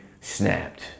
snapped